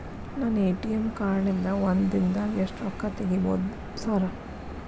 ನನ್ನ ATM card ನಿಂದಾ ಒಂದ್ ದಿಂದಾಗ ಎಷ್ಟ ರೊಕ್ಕಾ ತೆಗಿಬೋದು ಸಾರ್?